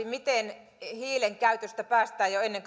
miten hiilenkäytöstä päästään jo ennen